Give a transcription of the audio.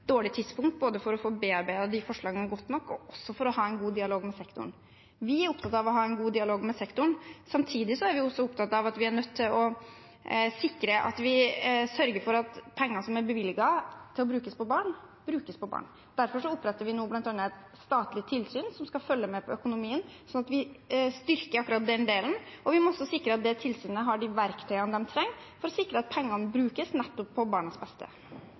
dårlig tidspunkt både for å få bearbeidet forslagene godt nok og også for å ha en god dialog med sektoren. Vi er opptatt av å ha en god dialog med sektoren. Samtidig er vi opptatt av at vi er nødt til å sørge for at penger som er bevilget til å brukes på barn, brukes på barn. Derfor oppretter vi nå bl.a. et statlig tilsyn som skal følge med på økonomien, sånn at vi styrker akkurat den delen. Vi må også sikre at det tilsynet har de verktøyene det trenger for å sikre at pengene brukes nettopp på barnas beste.